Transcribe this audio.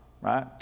right